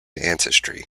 ancestry